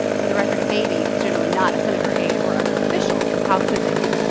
for the record, a baby is generally not a senator, aide or other official because how could they be?